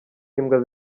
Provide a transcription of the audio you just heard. imbwa